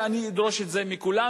ואני אדרוש את זה מכולם,